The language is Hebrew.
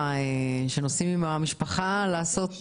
עם המשפחה לעשות